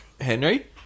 Henry